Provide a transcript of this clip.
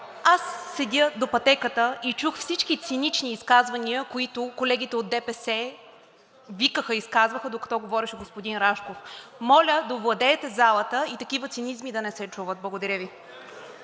аз седя до пътеката и чух всички цинични изказвания, които колегите от ДПС викаха и изказваха, докато говореше господин Рашков. Моля да овладеете залата и такива цинизми да не се чуват. Благодаря Ви.